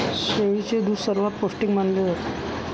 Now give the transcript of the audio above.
शेळीचे दूध सर्वात पौष्टिक मानले जाते